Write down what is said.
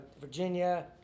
Virginia